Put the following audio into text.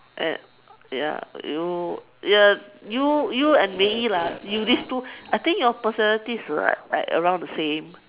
and ya you ya you you and Mei-Yi lah you these two I think your personality like around the same